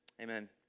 Amen